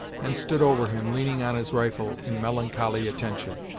and stood over him, leaning on his rifle, in melancholy attention.